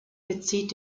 bezieht